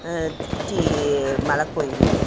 திருச்சி மலை கோவில்